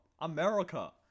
America